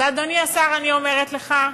אדוני השר, אני אומרת לך: